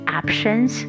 options